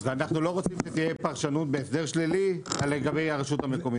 ואנחנו לא רוצים שתהיה פרשנות בהסדר שלילי לגבי הרשות המקומית.